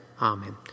Amen